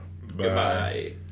Goodbye